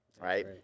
Right